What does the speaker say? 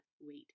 wait